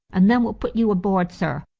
and then we'll put you aboard, sir.